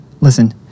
listen